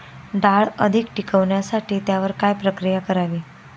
डाळ अधिक टिकवण्यासाठी त्यावर काय प्रक्रिया करावी?